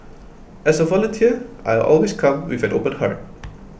as a volunteer I always come with an open heart